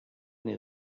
near